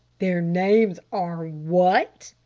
their names are what?